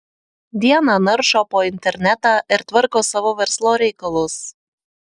dieną naršo po internetą ir tvarko savo verslo reikalus